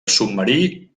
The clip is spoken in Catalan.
submarí